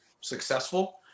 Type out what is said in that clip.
successful